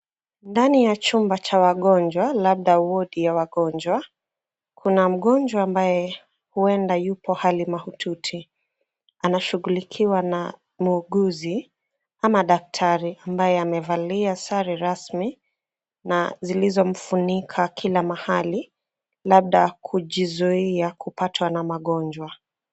Ndani ya chumba cha wagonjwa labda wodi ya wagonjwa, kuna mgonjwa ambaye huenda yupo hali mahututi. Anashughulikiwa na muuguzi ama daktari ambaye amevalia sare rasmi na zilizomfunika kila mahali labda kujizuia kupatwa na magonjwa.